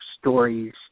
stories